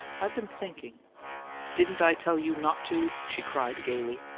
i been thinking didn't i tell you not to? she cried, gaily.